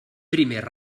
primer